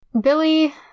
Billy